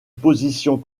position